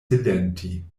silenti